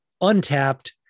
untapped